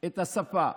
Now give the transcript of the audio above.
את השפה.